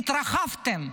התרחבתם.